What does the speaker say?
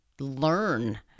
learn